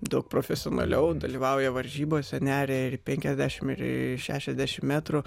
daug profesionaliau dalyvauja varžybose neria ir penkiasdešimt ir į šešiasdešimt metrų